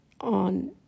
On